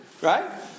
Right